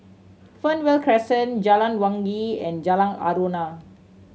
Fernvale Crescent Jalan Wangi and Jalan Aruan